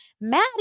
Maddie